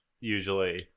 usually